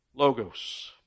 Logos